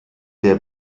der